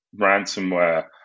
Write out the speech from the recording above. ransomware